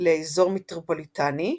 לאזור מטרופוליטני,